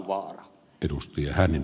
arvoisa puhemies